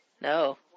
No